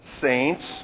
saints